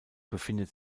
befindet